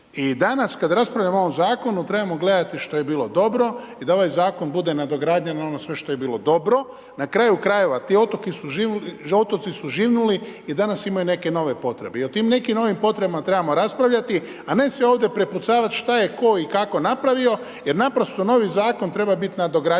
I danas kada raspravljamo o ovom zakonu trebamo gledati što je bilo dobro i da ovaj zakon bude nadogradnja na ono sve što je bilo dobro. Na kraju krajeva, ti otoci su živnuli i danas imaju neke nove potrebe. I o tim nekim novim potrebama trebamo raspravljati a ne se ovdje prepucavati šta je tko i kako napravio jer naprosto novi zakon treba biti nadogradnja